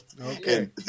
Okay